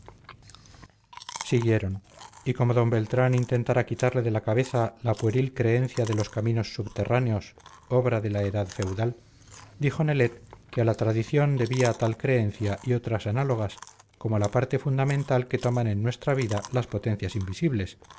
siguieron y como d beltrán intentara quitarle de la cabeza la pueril creencia de los caminos subterráneos obra de la edad feudal dijo nelet que a la tradición debía tal creencia y otras análogas como la parte fundamental que toman en nuestra vida las potencias invisibles